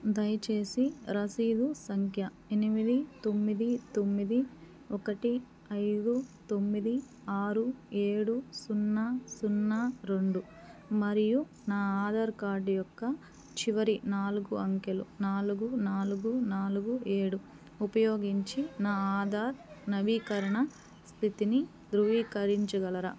దయచేసి రసీదు సంఖ్య ఎనిమిది తొమ్మిది తొమ్మిది ఒకటి ఐదు తొమ్మిది ఆరు ఏడు సున్నా సున్నా రెండు మరియు నా ఆధార్ కార్డు యొక్క చివరి నాలుగు అంకెలు నాలుగు నాలుగు నాలుగు ఏడు ఉపయోగించి నా ఆధార్ నవీకరణ స్థితిని ధృవీకరించగలరా